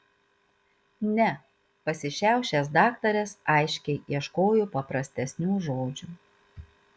ne pasišiaušęs daktaras aiškiai ieškojo paprastesnių žodžių